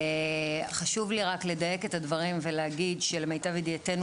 חשוב לי רק לדייק את הדברים ולהגיד שלמיטב ידיעתנו